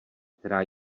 která